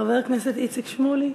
חבר הכנסת איציק שמולי.